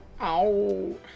Ow